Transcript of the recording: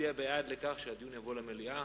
מצביע בעד העברת הדיון למליאה.